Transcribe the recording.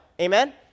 Amen